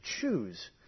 choose